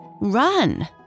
Run